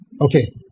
Okay